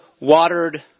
watered